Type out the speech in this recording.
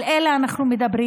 על אלה אנחנו מדברים.